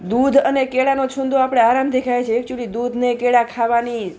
દૂધ અને કેળાનો છુંદો આપણે આરામથી ખાઈ છીએ એક્ચ્યુઅલી દૂધને કેળાં ખાવાની